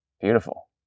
beautiful